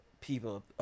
people